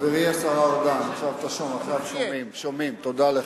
חברי השר ארדן, עכשיו שומעים, תודה לך.